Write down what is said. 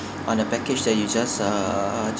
on a package that you just uh